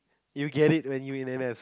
you get it when you in N_S